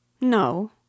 No